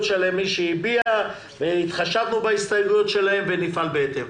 שלהם והתחשבנו בהסתייגויות שלהם ונפעל בהתאם.